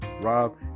Rob